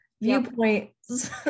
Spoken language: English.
viewpoints